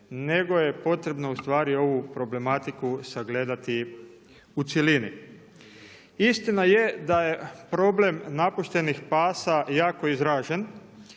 nego je potrebno ustvari ovu problematiku sagledati u cjelini. Istina je da je problem napuštenih pasa jako izražen